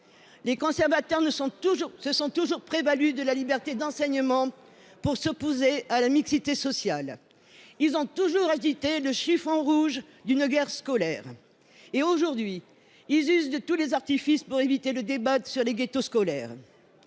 Les conservateurs se sont toujours prévalus de la liberté d’enseignement pour s’opposer à la mixité sociale. Ils ont toujours agité le chiffon rouge d’une guerre scolaire. Aujourd’hui, ils usent de tous les artifices pour éviter le débat sur les ghettos scolaires.